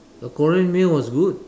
the Korean meal was good